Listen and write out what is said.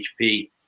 HP